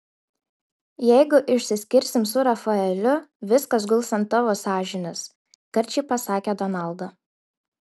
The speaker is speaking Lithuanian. jeigu išsiskirsim su rafaeliu viskas guls ant tavo sąžinės karčiai pasakė donalda